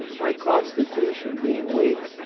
my constitution being weak,